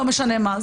לא משנה מה.